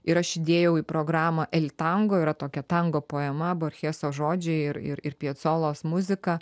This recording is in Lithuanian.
ir aš įdėjau į programą el tango yra tokia tango poema borcheso žodžiai ir ir ir piecolos muzika